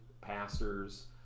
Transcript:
pastors